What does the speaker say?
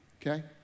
okay